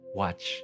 watch